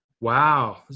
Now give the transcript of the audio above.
Wow